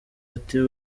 ati